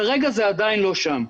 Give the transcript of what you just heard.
כרגע זה עדיין לא שם.